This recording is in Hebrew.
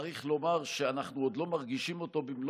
צריך לומר שאנחנו עוד לא מרגישים אותו במלוא